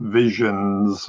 visions